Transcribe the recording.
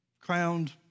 crowned